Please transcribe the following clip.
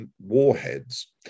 warheads